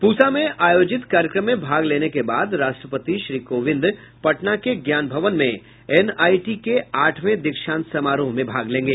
प्रसा में आयोजित कार्यक्रम में भाग लेने के बाद राष्ट्रपति श्री कोविंद पटना के ज्ञान भवन में एनआईटी के आठवें दीक्षांत समारोह में भाग लेंगे